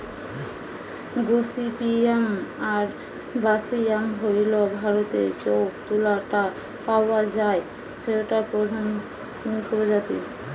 gossypium আরবাসিয়াম হইল ভারতরে যৌ তুলা টা পাওয়া যায় সৌটার প্রধান প্রজাতি